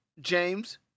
James